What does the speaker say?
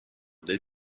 del